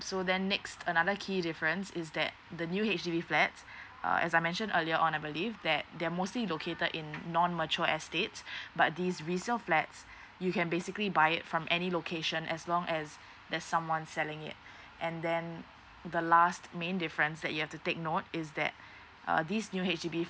so then next another key difference is that the new H_D_B flat uh as I mentioned earlier on I believe that they're mostly located in non mature estate but these resale flats you can basically buy it from any location as long as there's someone selling it and then the last main difference that you have to take note is that uh this new H_D_B